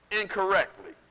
incorrectly